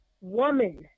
woman